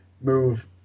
move